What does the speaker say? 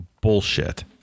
Bullshit